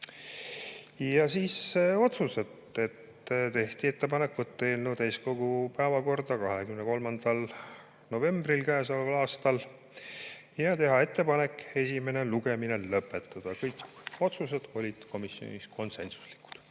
Otsused: tehti ettepanek võtta eelnõu täiskogu päevakorda 23. novembriks käesoleval aastal ja teha ettepanek esimene lugemine lõpetada. Kõik otsused olid komisjonis konsensuslikud.